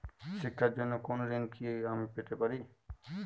শিক্ষার জন্য কোনো ঋণ কি আমি পেতে পারি?